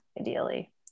ideally